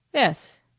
yes,